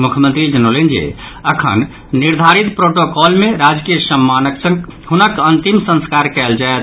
मुख्यमंत्री जनौलनि जे अखन निर्धारित प्रोटोकॉल मे राजकीय सम्मानक संग हुनक अंतिम संस्कार कयल जायत